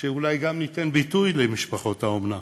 שאולי גם ניתן ביטוי למשפחות האומנה